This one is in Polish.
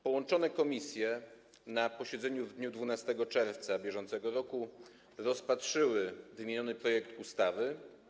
Połączone komisje na posiedzeniu w dniu 12 czerwca br. rozpatrzyły wymieniony projekt ustawy.